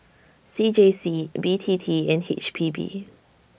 C J C B T T and H P B